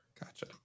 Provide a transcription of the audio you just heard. Gotcha